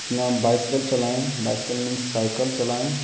जितना बायसाइकिल चलाएं bicycle means cycle चलाएं